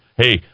Hey